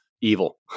evil